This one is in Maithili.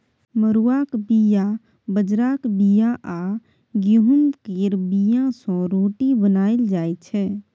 मरुआक बीया, बजराक बीया आ गहुँम केर बीया सँ रोटी बनाएल जाइ छै